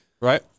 right